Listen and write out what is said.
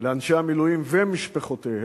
לאנשי המילואים ומשפחותיהם,